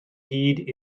hyd